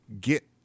get